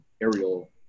aerial